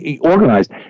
Organized